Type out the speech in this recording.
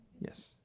Yes